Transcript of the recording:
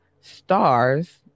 stars